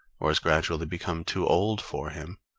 or has gradually become too old for him,